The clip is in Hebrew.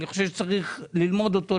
אני חושב שצריך ללמוד אותו,